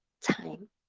time